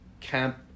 Camp